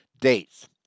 dates